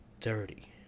dirty